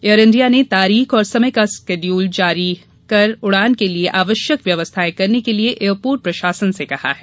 air India ने तारीख और समय का शेड्यूल प्रस्ताव जारी कर उड़ान के लिए आवश्यक व्यवस्थाएं करने के लिए एयरपोर्ट प्रशासन से कहा है